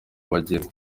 abageni